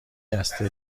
دسته